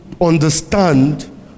understand